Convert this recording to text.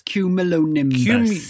Cumulonimbus